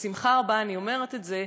בשמחה רבה אני אומרת את זה,